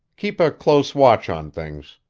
keep a close watch on things.